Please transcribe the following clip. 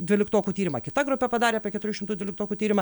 dvyliktokų tyrimą kita grupė padarė apie keturių šimtų dvyliktokų tyrimą